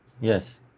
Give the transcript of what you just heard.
Yes